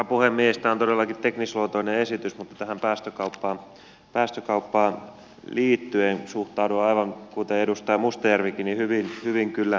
tämä on todellakin teknisluontoinen esitys mutta tähän päästökauppaan liittyen suhtaudun aivan kuten edustaja mustajärvikin kyllä hyvin skeptisesti